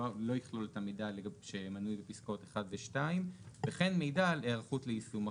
לא יכלול את המידע שמנוי בפסקאות 1 2. "וכן מידע על היערכות ליישום החוק".